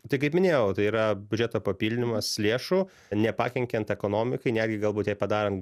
tai kaip minėjau tai yra biudžeto papildymas lėšų nepakenkiant ekonomikai netgi galbūt jai padarant